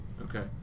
Okay